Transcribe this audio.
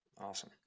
awesome